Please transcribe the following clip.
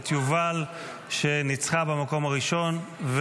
את יובל שניצחה במקום הראשון,